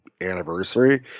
anniversary